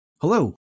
Hello